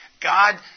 God